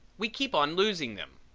we keep on losing them.